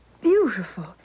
beautiful